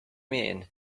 mean